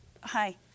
Hi